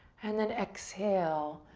and then exhale,